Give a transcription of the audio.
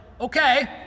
Okay